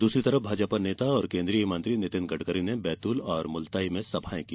दूसरी तरफ भाजपा नेता और केंद्रीय मंत्री नितिन गडकरी ने ब्रैतल और मुलताई में सभाएं की